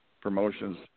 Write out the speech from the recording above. Promotions